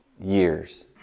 years